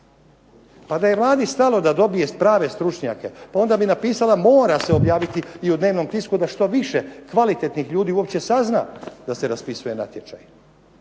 Pa da je Vladi stalo da dobije prave stručnjake, pa onda bi napisala mora se objaviti i u dnevnom tisku da što više kvalitetnih ljudi uopće sazna da se raspisuje natječaj.